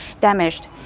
damaged